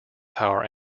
power